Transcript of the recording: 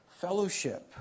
fellowship